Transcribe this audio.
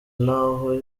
nabo